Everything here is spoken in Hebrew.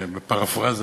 בפרפראזה